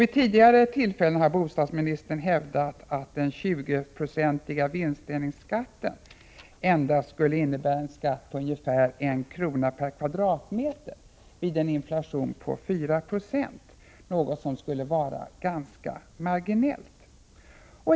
Vid tidigare tillfällen har bostadsministern hävdat att den 20-procentiga vinstdelningsskatten endast skulle innebära en skatt på ungefär 1 kr. per kvadratmeter vid en inflation på 4 26, något som skulle vara ganska marginellt.